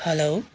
hello